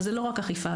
זו לא רק אכיפה,